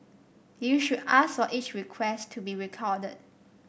you should ask for each request to be recorded